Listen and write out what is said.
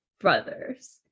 brothers